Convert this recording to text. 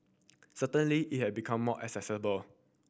certainly it had become more accessible